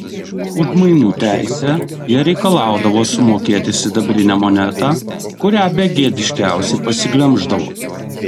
už mainų teisę jie reikalaudavo sumokėti sidabrinę monetą kurią begėdiškiausiai pasiglemždavo